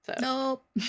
Nope